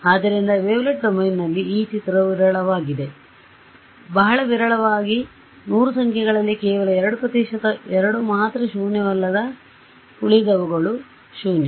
ಆದ್ದರಿಂದ ವೇವ್ಲೆಟ್ ಡೊಮೇನ್ನಲ್ಲಿ ಈ ಚಿತ್ರವು ವಿರಳವಾಗಿದೆ ಬಹಳ ವಿರಳವಾಗಿ 100 ಸಂಖ್ಯೆಗಳಲ್ಲಿ ಕೇವಲ 2 ಪ್ರತಿಶತ 2 ಮಾತ್ರ ಶೂನ್ಯವಲ್ಲದ ಉಳಿದವುಗಳು ಶೂನ್ಯ